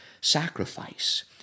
sacrifice